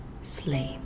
sleep